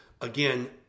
again